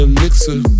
Elixir